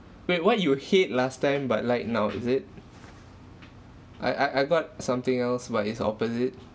wait what you hate last time but like now is it I I I got something else but it's opposite